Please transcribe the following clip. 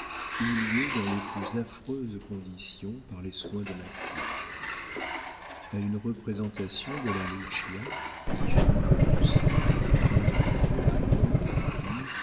eut lieu dans les plus affreuses conditions par les soins de maxime a une représentation de la lucia qui finit comme on sait par un des plus beaux triomphes de rubini